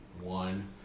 One